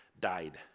died